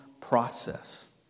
process